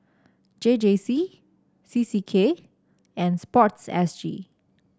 J J C C C K and sport S G